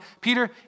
Peter